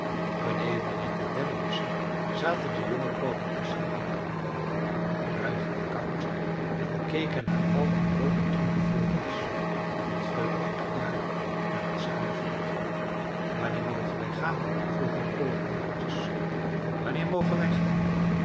beneden in de dennenbosschen zaten de jonge korhoenders ineengedoken ruig en koud en keken naar al die groote troepen vogels die met vreugde en gejuich naar t zuiden vlogen wanneer mogen wij gaan vroegen de korhoendertjes wanneer mogen wij gaan